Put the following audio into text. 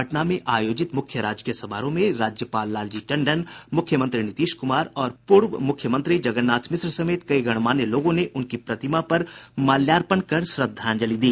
पटना में आयोजित मुख्य राजकीय समारोह में राज्यपाल लालजी टंडन मुख्यमंत्री नीतीश कुमार और पूर्व मुख्यमंत्री जगन्नाथ मिश्र समेत कई गणमान्य लोगों ने उनकी प्रतिमा पर माल्यार्पण कर श्रद्धांजलि दी